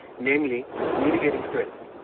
namely mitigating threats,